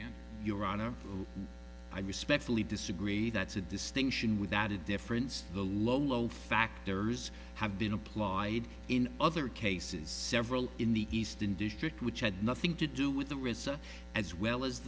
stand your honor and i respectfully disagree that's a distinction without a difference the lower load factors have been applied in other cases several in the eastern district which had nothing to do with the result as well as